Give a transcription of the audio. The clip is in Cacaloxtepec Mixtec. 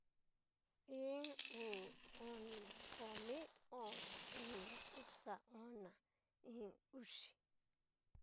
Iin, uu, oni, komi, o'on, iño, uxa, ona íín, uxi.